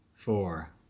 four